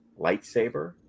lightsaber